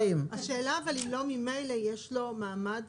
השאלה אם לא ממילא יש לו מעמד